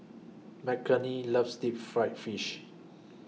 Mckenna loves Deep Fried Fish